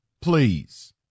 please